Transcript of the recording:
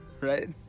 right